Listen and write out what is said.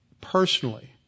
personally